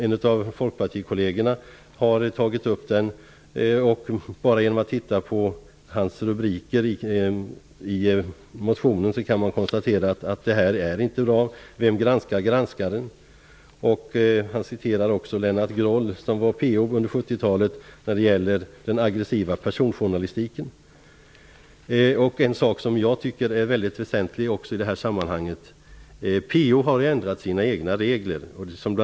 En av folkpartikollegerna har tagit upp den. Genom att titta på rubrikerna i hans motion kan man konstatera att detta inte är bra. Vem granskar granskaren, står det bl.a. Han citerar också Lennart Groll som var PO under 70-talet när det gäller den aggressiva personjournalistiken. En sak som jag tycker är mycket väsentlig i det här sammanhanget är att PO har ändrat sina egna regler.